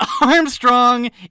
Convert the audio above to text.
Armstrong